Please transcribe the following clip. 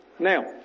Now